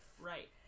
Right